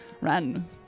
Run